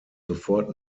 sofort